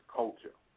culture